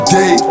day